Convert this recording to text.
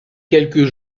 quelques